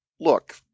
look